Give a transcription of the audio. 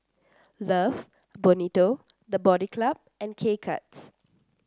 Love Bonito The Body Club and K Cuts